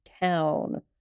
town